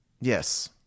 Yes